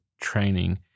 training